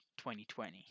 2020